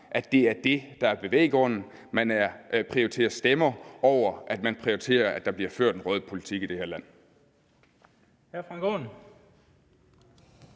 at det er det, der er bevæggrunden. Man prioriterer stemmer over, at der bliver ført en rød politik i det her land.